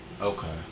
okay